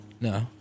No